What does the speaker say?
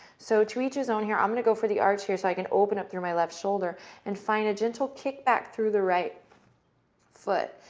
so, to reach this own here, i'm going to go for the arch here so i can open up through my left shoulder and find a gentle kick back through the right foot.